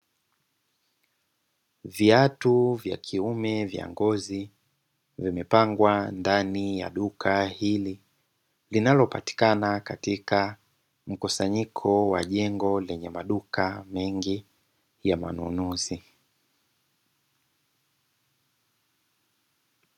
Viatu vya kiume vya ngozi vimepangwa ndani ya duka hili, linalopatikana katika mkusanyiko wa jengo lenye maduka mengi ya manunuzi.